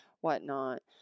whatnot